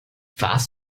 warst